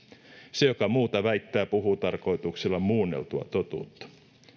se joka muuta väittää puhuu tarkoituksella muunneltua totuutta